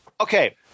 Okay